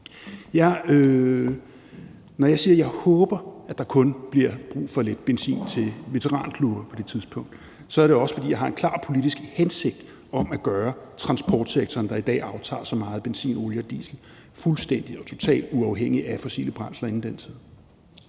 Når jeg siger, at jeg håber, at der kun bliver brug for lidt benzin til veteranbilklubber på det tidspunkt, så er det også, fordi jeg har en klar politisk hensigt om at gøre transportsektoren, der i dag aftager så meget benzin, olie og diesel, fuldstændig og total uafhængig af fossile brændsler inden den tid.